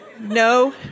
no